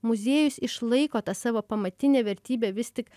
muziejus išlaiko tą savo pamatinę vertybę vis tik